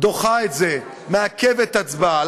דוחה את זה, מעכבת הצבעה.